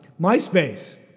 MySpace